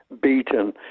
beaten